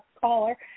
caller